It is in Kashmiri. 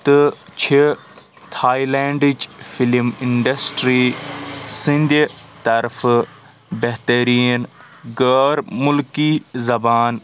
تہٕ چھِ تھایلینٛڈٕچ فِلِم انٛڈسٹرٛی سٕنٛدِ طرفہٕ بہتریٖن غٔیر مُلکی زبان